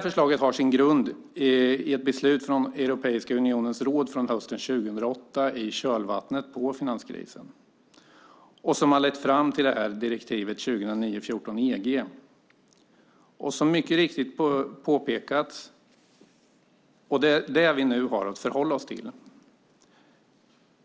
Förslaget har sin grund i ett beslut från Europeiska unionens råd hösten 2008, i finanskrisens kölvatten, som lett fram till direktivet 2009:14/EG. Det är detta vi nu har att förhålla oss till.